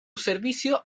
servicio